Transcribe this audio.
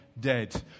...dead